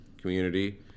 community